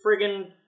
friggin